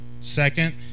second